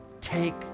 Take